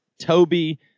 Toby